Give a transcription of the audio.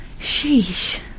sheesh